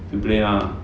to play lah